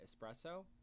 espresso